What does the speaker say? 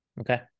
okay